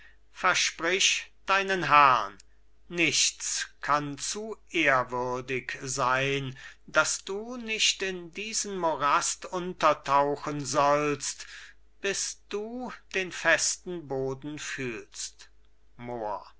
versprich deinen herrn nichts kann zu ehrwürdig sein das du nicht in diesen morast untertauchen sollst bis du den festen boden fühlst